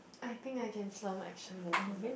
I think I can film action movie